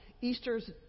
Easter's